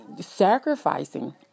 sacrificing